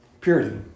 Purity